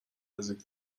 نزدیک